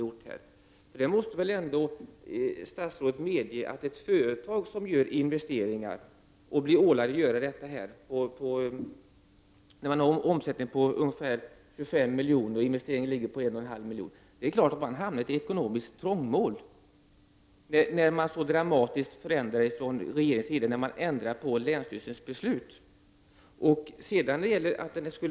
Statsrådet måste väl ändå medge att ett företag som blir ålagt att göra, och gör, investeringar på ungefär 1,5 milj.kr. — företaget omsätter 25 milj.kr. — hamnar i ett ekonomiskt trångmål då regeringen ändrar på länsstyrelsens beslut så dramatiskt.